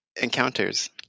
encounters